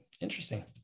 Interesting